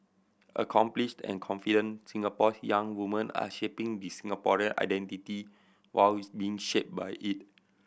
accomplished and confident Singapore's young woman are shaping the Singaporean identity while being shaped by it